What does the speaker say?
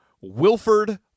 Wilford